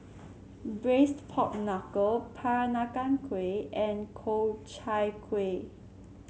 Braised Pork Knuckle Peranakan Kueh and Ku Chai Kuih